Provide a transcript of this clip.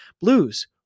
Blues